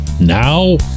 Now